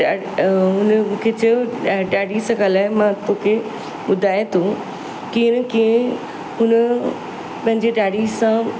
ऐं उन मूंखे चयो डैडी सां ॻाल्हाए मां तोखे ॿुधाए थो कीअं न कीअं हुन पंहिंजे डैडी सां